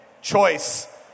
choice